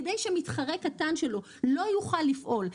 כדי שמתחרה קטן שלו לא יוכל לפעול,